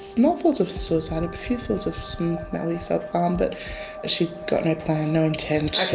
not thoughts of suicide, a few thoughts of maybe self harm but she's got no plan, no intent. okay,